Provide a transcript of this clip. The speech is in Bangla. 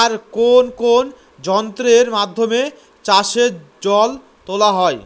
আর কোন কোন যন্ত্রেরর মাধ্যমে চাষের জল তোলা হয়?